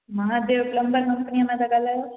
Mahadev plumber company मां सां त ॻाल्हायो